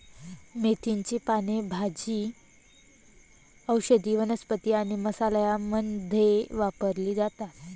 मेथीची पाने भाजी, औषधी वनस्पती आणि मसाला मध्ये वापरली जातात